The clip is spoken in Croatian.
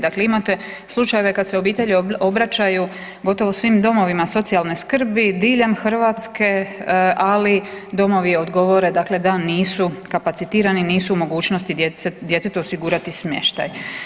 Dakle, imate slučajeva kada se obitelji obraćaju gotovo svim domovima socijalne skrbi diljem Hrvatske, ali domovi odgovore dakle da nisu kapacitirani, nisu u mogućnosti djetetu osigurati smještaj.